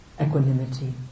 equanimity